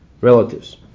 relatives